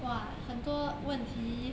!wah! 很多问题